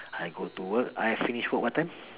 I go to work I finish work what time